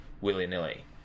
willy-nilly